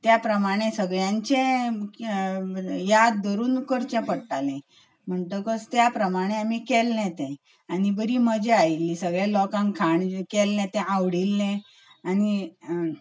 त्या प्रमाणें सगळ्यांचें याद धरून करचें पडटालें म्हणटकच त्या प्रमाणें आमी केल्लें तें आनी बरी मजा आयिल्ली सगळ्या लोकांक खाण केल्लें तें आवडिल्लें आनी